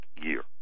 year